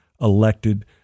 elected